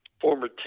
Former